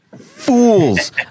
Fools